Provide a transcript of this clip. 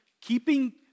keeping